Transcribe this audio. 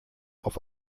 auf